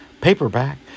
paperback